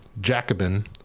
Jacobin